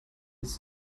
jetzt